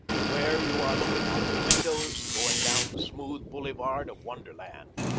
where you are looking out of the windows, going down the smooth boulevard of wonderland.